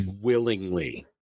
willingly